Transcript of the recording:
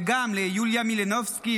וגם ליוליה מלינובסקי,